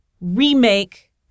remake